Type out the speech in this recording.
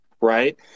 Right